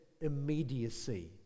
immediacy